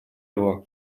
его